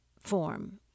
form